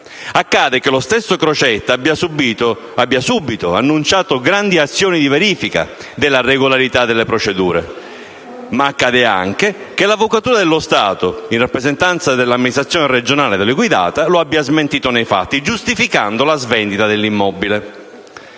Accade che lo stesso Crocetta abbia subito annunciato grandi azioni di verifica della regolarità delle procedure, ma accade anche che l'avvocatura dello Stato, in rappresentanza dell'amministrazione regionale da lui guidata, lo abbia smentito nei fatti giustificando la svendita dell'immobile.